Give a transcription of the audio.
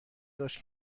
داشت